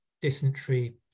dysentery